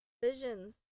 Visions